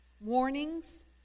warnings